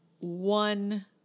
one